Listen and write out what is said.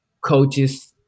coaches